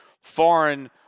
foreign